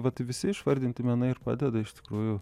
vat visi išvardinti menai ir padeda iš tikrųjų